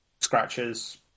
scratches